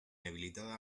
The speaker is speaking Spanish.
habilitada